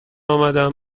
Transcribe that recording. آمدم